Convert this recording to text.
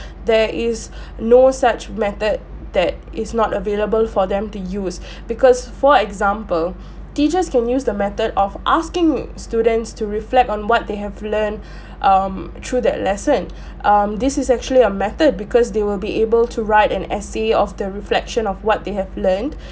there is no such method that is not available for them to use because for example teachers can use the method of asking students to reflect on what they have learned um through that lesson um this is actually a method because they will be able to write an essay of the reflection of what they have learned